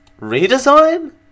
redesign